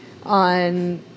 on